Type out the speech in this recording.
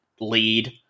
lead